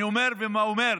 אני אומר נהרגה,